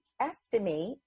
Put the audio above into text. estimate